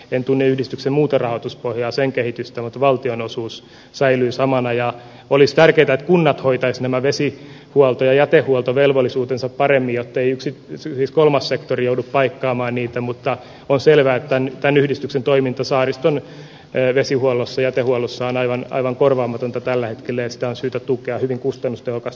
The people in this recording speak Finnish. en tunne yhdistyksen muuta rahoituspohjaa sen kehitystä valtion osuus säilyy samana ja olisi tärkeitä kunnat hoitaisi nämä vesi huoltoja jätehuoltovelvollisuutensa paremmin jottei yksi viisi kolmas sektori joudu paikkaamaan niitä mutta on selvää että eniten yhdistyksen toiminta saariston vesihuollossa jätehuollossaeläimen aivan korvaamatonta tällä keleistä on syytä tukea hyvin kustannustehokas